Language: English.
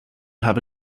have